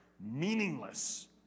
meaningless